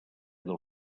del